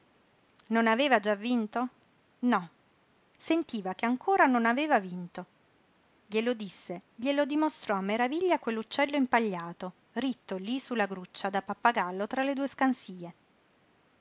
non aveva già vinto no sentiva che ancora non aveva vinto glielo disse glielo dimostrò a meraviglia quell'uccello impagliato ritto lí su la gruccia da pappagallo tra le due